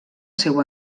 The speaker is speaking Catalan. seu